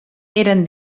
eren